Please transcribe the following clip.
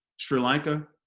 sri lanka